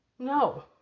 No